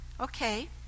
Okay